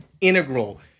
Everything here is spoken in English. integral